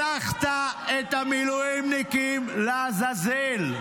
שלחת את המילואימניקים לעזאזל.